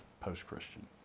post-Christian